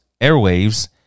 airwaves